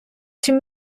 чим